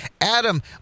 Adam